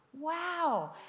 Wow